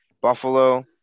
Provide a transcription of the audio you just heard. Buffalo